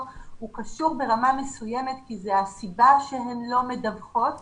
- הוא קשור ברמה מסוימת כי זו הסיבה שהן לא מדווחות